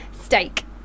steak